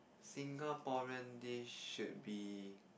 Singaporean dish should be